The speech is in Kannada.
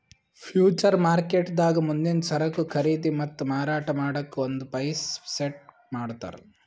ಫ್ಯೂಚರ್ ಮಾರ್ಕೆಟ್ದಾಗ್ ಮುಂದಿನ್ ಸರಕು ಖರೀದಿ ಮತ್ತ್ ಮಾರಾಟ್ ಮಾಡಕ್ಕ್ ಒಂದ್ ಪ್ರೈಸ್ ಸೆಟ್ ಮಾಡ್ತರ್